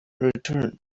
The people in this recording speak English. return